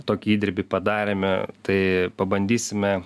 tokį įdirbį padarėme tai pabandysime